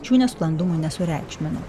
šių nesklandumų nesureikšmino